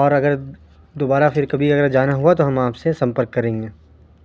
اور اگر دوبارہ پھر کبھی اگر جانا ہوا تو ہم آپ سے سمپرک کریں گے